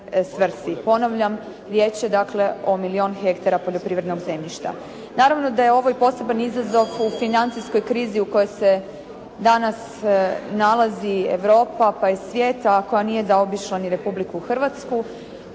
Ponavljam, riječ je dakle o milijun hektara poljoprivrednog zemljišta. Naravno da je ovo i poseban izazov u financijskoj krizi u kojoj se danas nalazi Europa, pa i svijet, a koja nije zaobišla ni Republiku Hrvatsku,